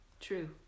True